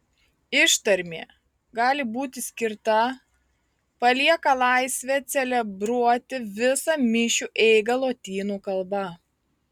ištarmė gali būti skirta palieka laisvę celebruoti visą mišių eigą lotynų kalba